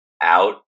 out